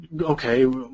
okay